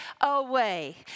away